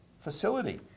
facility